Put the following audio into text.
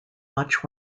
much